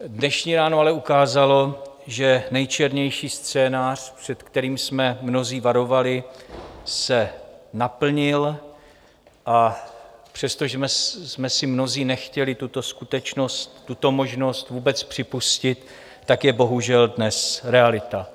Dnešní ráno ale ukázalo, že nejčernější scénář, před kterým jsme mnozí varovali, se naplnil, a přestože jsme si mnozí nechtěli tuto skutečnost, tuto možnost vůbec připustit, tak je bohužel dnes realita.